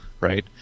right